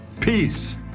peace